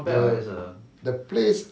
the the place